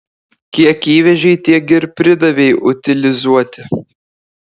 kiek įvežei tiek ir pridavei utilizuoti